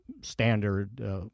standard